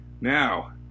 Now